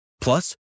Plus